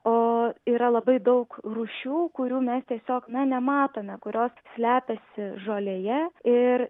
o yra labai daug rūšių kurių mes tiesiog na nematome kurios slepiasi žolėje ir